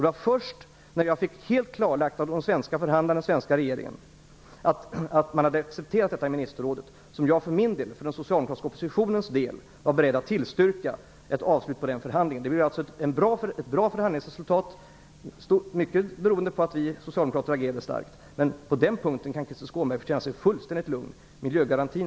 Det var först när jag fick helt klarlagt av de svenska förhandlarna och den svenska regeringen att man hade accepterat detta i ministerrådet som jag för den socialdemokratiska oppositionens del var beredd att tillstyrka ett avslut på den förhandlingen. Det blev ett bra förhandlingsresultat, mycket beroende på att vi socialdemokrater agerade starkt. På den punkten kan Krister Skånberg känna sig fullständigt lugn: